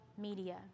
media